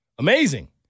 Amazing